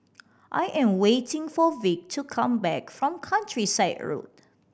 I am waiting for Vic to come back from Countryside Road